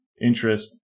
interest